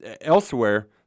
Elsewhere